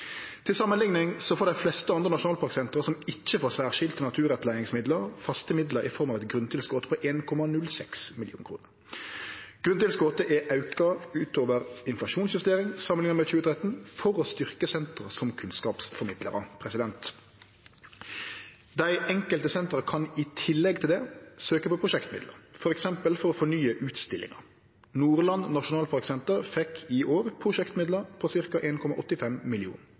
Til samanlikning får dei fleste andre nasjonalparksenter som ikkje får særskilte naturrettleiingsmidlar, faste midlar i form av eit grunntilskot på 1,06 mill. kr. Grunntilskotet er auka utover inflasjonsjustering samanlikna med 2013 for å styrkje sentera som kunnskapsformidlarar. Dei enkelte sentera kan i tillegg søkje på prosjektmidlar, f.eks. for å fornye utstillingar. Nordland nasjonalparksenter fekk i år prosjektmidlar på